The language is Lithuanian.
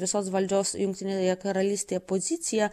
visos valdžios jungtinėje karalystėje pozicija